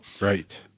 Right